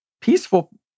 peaceful